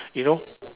you know